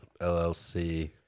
LLC